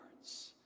words